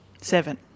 Seven